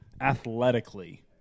athletically